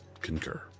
concur